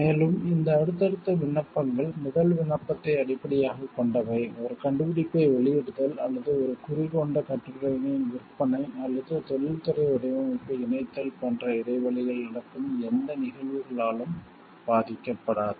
மேலும் இந்த அடுத்தடுத்த விண்ணப்பங்கள் முதல் விண்ணப்பத்தை அடிப்படையாகக் கொண்டவை ஒரு கண்டுபிடிப்பை வெளியிடுதல் அல்லது ஒரு குறி கொண்ட கட்டுரைகளின் விற்பனை அல்லது தொழில்துறை வடிவமைப்பை இணைத்தல் போன்ற இடைவெளியில் நடக்கும் எந்த நிகழ்வுகளாலும் பாதிக்கப்படாது